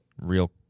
Real